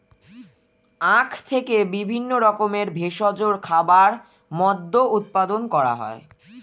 আখ থেকে বিভিন্ন রকমের ভেষজ খাবার, মদ্য উৎপাদন করা হয়